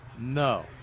No